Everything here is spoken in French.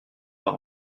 par